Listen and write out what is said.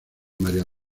maría